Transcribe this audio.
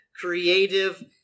creative